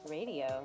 Radio